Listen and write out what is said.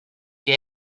que